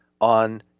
on